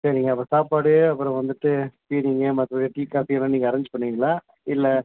சரிங்க அப்போ சாப்பாடு அப்புறம் வந்துட்டு நீங்கள் மற்றபடி டீ காஃபி எல்லாம் நீங்கள் அரேஞ்ச் பண்ணுவங்களா இல்லை